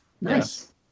Nice